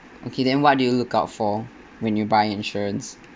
okay then what do you look out for when you buy insurance